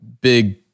big